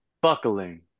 buckling